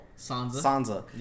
Sansa